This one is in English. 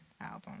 album